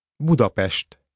Budapest